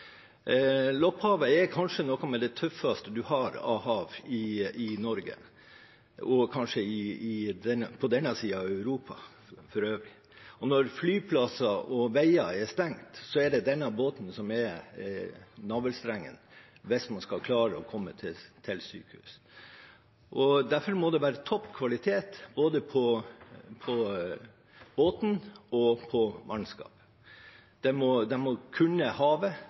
Lopphavet er kanskje noe av det tøffeste en har av hav i Norge, og kanskje også på denne siden av Europa for øvrig. Og når flyplasser og veier er stengt, er det denne båten som er navlestrengen hvis man skal klare å komme seg til sykehus. Derfor må det være topp kvalitet både på båten og på mannskapet. De må kunne havet, de må